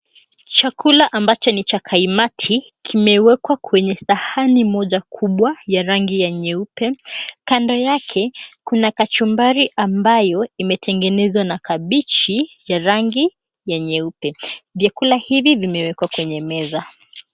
Chakula ambacho ni cha kaimati kimewekwa kwenye sahani moja kubwa ya rangi ya nyeupe. Kando yake kuna kachumbari ambayo imetengenezwa na kabichi ya rangi ya nyeupe. Vyakula hivi vimewekwa kwenye meza.